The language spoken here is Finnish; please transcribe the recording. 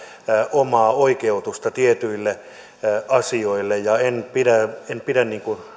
omaa oikeutusta tietyille asioille ja en pidä en pidä